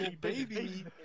baby